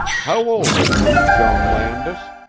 how old are you, joan landis?